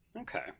Okay